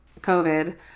COVID